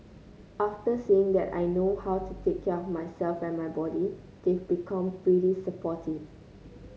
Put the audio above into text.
after seeing that I know how to take care of myself and my body they've become pretty supportive